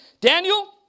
Daniel